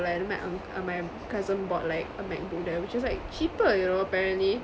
like then my unc~ uh my cousin bought like a macbook there which is like cheaper you know apparently